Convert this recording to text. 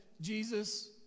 Jesus